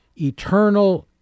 eternal